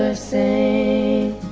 ah c